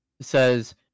says